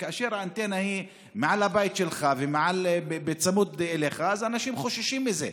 כאשר האנטנה היא מעל הבית שלך וצמוד אליך אז אנשים חוששים מזה.